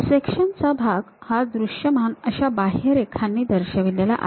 section चा भाग हा दृश्यमान अशा बाह्यरेखांनी दर्शविलेला आहे